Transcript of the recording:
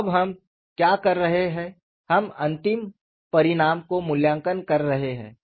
अब हम क्या कर रहे हैं हम अंतिम परिणाम को मूल्यांकन कर रहे है